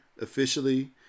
officially